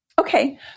Okay